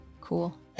Cool